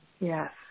Yes